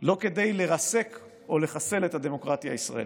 לא כדי לרסק או לחסל את הדמוקרטיה הישראלית.